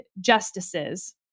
justices